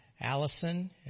Allison